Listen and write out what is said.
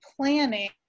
planning